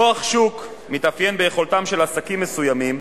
כוח שוק מתאפיין ביכולתם של עסקים מסוימים,